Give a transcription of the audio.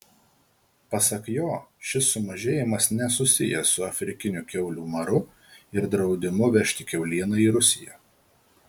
pasak jo šis sumažėjimas nesusijęs su afrikiniu kiaulių maru ir draudimu vežti kiaulieną į rusiją